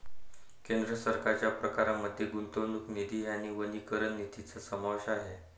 केंद्र सरकारच्या प्रकारांमध्ये गुंतवणूक निधी आणि वनीकरण निधीचा समावेश आहे